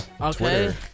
Okay